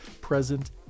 present